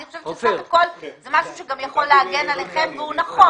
אני חושבת שבסך הכול זה משהו שגם יכול להגן עליכם והוא נכון.